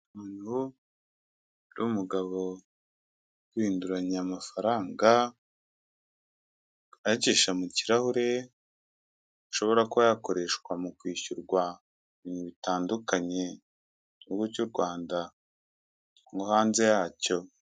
Mu biro hari umugabo hinduranya amafaranga, ayacisha mu kirahure, ashobora kuba yakoreshwa mu kwishyurwa mu bintu bitandukanye mu gihugu cy'u Rwanda no hanze yacyo.